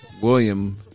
William